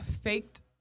faked